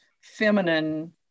feminine